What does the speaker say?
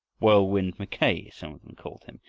whirlwind mackay, some of them called him,